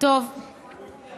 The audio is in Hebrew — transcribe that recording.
הוא הבטיח